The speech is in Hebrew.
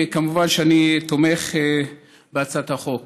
וכמובן אני תומך בהצעת החוק.